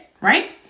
right